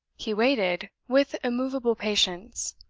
he waited with immovable patience.